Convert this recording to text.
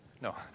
No